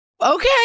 Okay